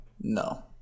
No